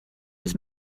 his